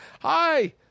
hi